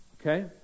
Okay